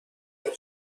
کردن